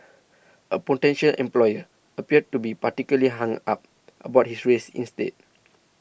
a potential employer appeared to be particularly hung up about his race instead